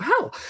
Wow